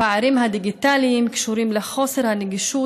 הפערים הדיגיטליים קשורים לחוסר הנגישות